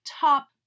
top